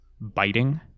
biting